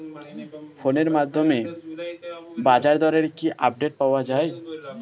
ফোনের মাধ্যমে বাজারদরের কি আপডেট পাওয়া যায়?